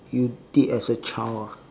you did as a child ah